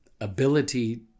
ability